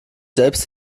selbst